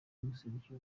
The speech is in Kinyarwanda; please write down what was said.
guserukira